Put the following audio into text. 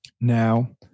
Now